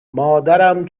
مادرم